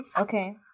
Okay